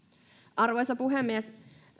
arvoisa puhemies